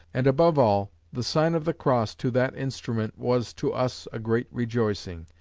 and above all, the sign of the cross to that instrument was to us a great rejoicing,